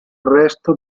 resto